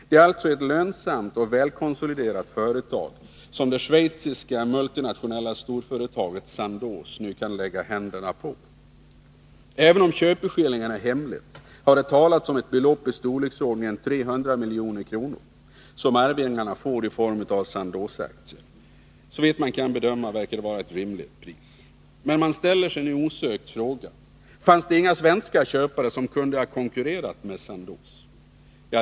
Det är alltså ett lönsamt och välkonsoliderat företag som det schweiziska multinationella storföretaget Sandoz nu kan lägga händerna på. Även om köpeskillingen är hemlig har det talats om ett belopp i storleksordningen 300 milj.kr., som arvingarna får i form av Sandozaktier. Såvitt man kan bedöma verkar det vara ett rimligt pris. Man ställer sig nu osökt frågan: Fanns det inga svenska köpare som kunde ha konkurrerat med Sandoz?